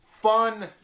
Fun